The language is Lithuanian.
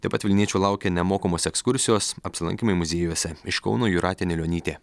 taip pat vilniečių laukia nemokamos ekskursijos apsilankymai muziejuose iš kauno jūratė anilionytė